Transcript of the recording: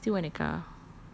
I don't care I still want a car